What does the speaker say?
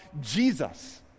Jesus